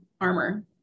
armor